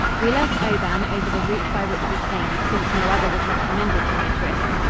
we left oban over the route by which we came, since no other was recommended to motorists.